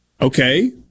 okay